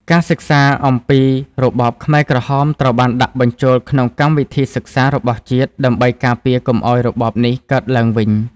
ការសិក្សាអំពីរបបខ្មែរក្រហមត្រូវបានដាក់បញ្ចូលក្នុងកម្មវិធីសិក្សារបស់ជាតិដើម្បីការពារកុំឱ្យរបបនេះកើតឡើងវិញ។